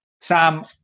Sam